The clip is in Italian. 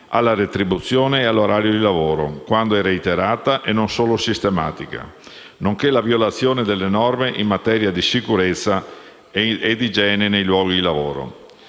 alla retribuzione e all'orario di lavoro quando è reiterata e non solo sistematica, nonché la violazione delle norme in materia di sicurezza e igiene nei luoghi di lavoro.